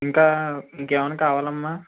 ఇంకా ఇంకేమైనా కావాలి అమ్మ